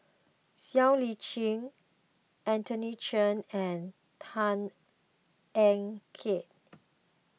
Siow Lee Chin Anthony Chen and Tan Ean Kiam